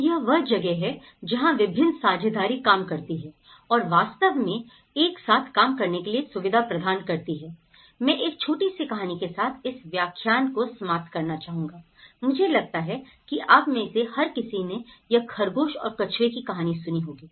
तो यह वह जगह है जहां विभिन्न साझेदारी काम करती हैं और वास्तव में एक साथ काम करने के लिए सुविधा प्रदान करती हैंI मैं एक छोटी सी कहानी के साथ इस व्याख्यान को समाप्त करना चाहूंगा मुझे लगता है कि आप में से हर किसी ने यह खरगोश और कछुए की कहानी सुनी होगी